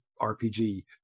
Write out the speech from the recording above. RPG